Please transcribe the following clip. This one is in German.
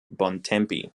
bontempi